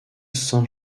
saint